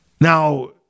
Now